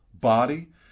body